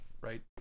right